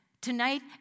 tonight